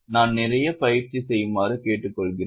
நான் நிறைய பயிற்சி செய்யுமாறு கேட்டுக்கொள்கிறேன்